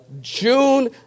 June